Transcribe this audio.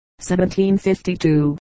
1752